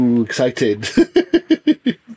excited